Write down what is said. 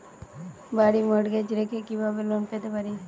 বাড়ি মর্টগেজ রেখে কিভাবে লোন পেতে পারি?